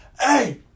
Hey